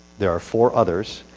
there are four others.